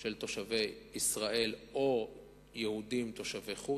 של תושבי ישראל או יהודים תושבי חוץ.